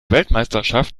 weltmeisterschaft